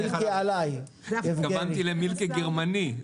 התכוונתי למילקי גרמני.